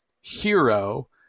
hero